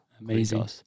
Amazing